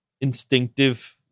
instinctive